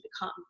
become